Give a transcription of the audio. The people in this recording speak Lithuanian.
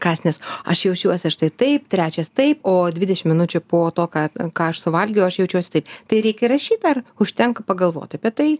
kąsnis aš jaučiuosi štai taip trečias taip o dvidešim minučių po to ką ką aš suvalgiau aš jaučiuosi taip tai reikia rašyt ar užtenka pagalvot apie tai